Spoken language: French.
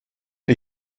les